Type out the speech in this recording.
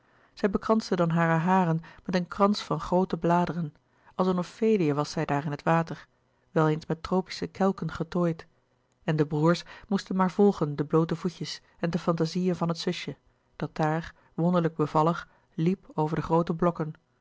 zij bekransde dan hare haren met een krans van groote bladeren als een ofelia was zij daar in het water wel eens met tropische kelken getooid en de broêrs moesten maar volgen de bloote voetjes en de fantazieën van het zusje dat daar wonderlijk bevallig liep over de groote blokken